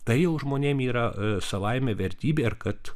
tai jau žmonės yra savaime vertybė ir kad